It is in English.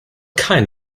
kind